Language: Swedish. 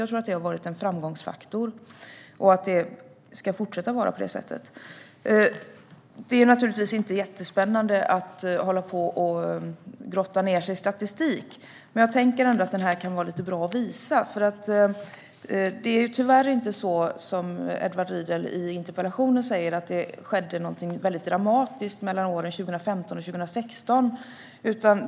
Jag tror att det har varit en framgångsfaktor och tycker att det ska fortsätta vara på det sättet. Det är inte jättespännande att grotta ned sig i statistik, men det kan vara bra att se det här diagrammet som jag visar för kammarens ledamöter. Det skedde tyvärr inte något dramatiskt mellan 2015 och 2016, som Edward Riedl säger i interpellationen.